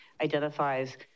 identifies